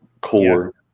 core